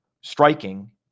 striking